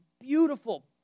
beautiful